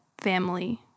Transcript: family